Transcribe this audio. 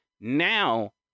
Now